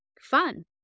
fun